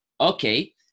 Okay